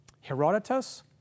Herodotus